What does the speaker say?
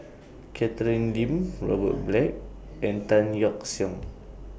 Catherine Lim Robert Black and Tan Yeok Seong